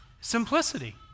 Simplicity